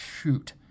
shoot